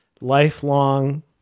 lifelong